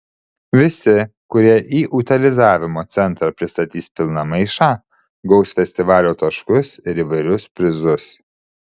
visi kurie į utilizavimo centrą pristatys pilną maišą gaus festivalio taškus ir įvairius prizus